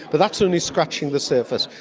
but that's only scratching the surface.